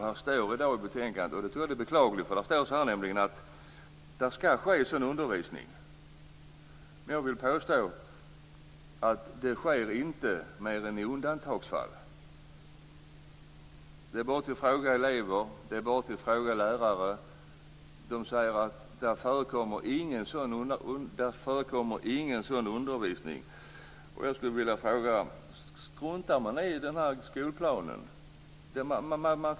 Det står i betänkandet att det skall ske sådan undervisning. Men jag vill påstå att det inte sker mer än i undantagsfall. Det är bara att fråga elever och lärare. De säger att det inte förekommer någon sådan undervisning. Jag skulle vilja fråga: Struntar man i skolplanen?